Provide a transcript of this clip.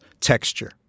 texture